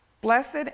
Blessed